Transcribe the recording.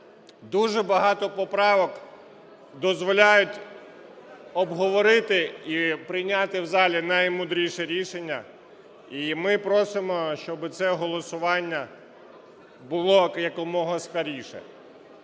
Дуже багато поправок дозволяють обговорити і прийняти в залі наймудріше рішення. І ми просимо, щоби це голосування було якомога скоріше.